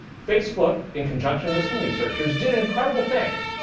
facebook, in conjunction with some researchers, did an incredible thing.